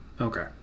Okay